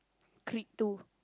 Creed two